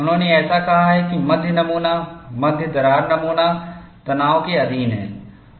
उन्होंने ऐसा कहा है कि मध्य नमूना मध्य दरार नमूना तनाव के अधीन है